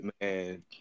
man